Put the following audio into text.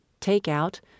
takeout